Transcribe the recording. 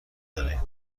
دارید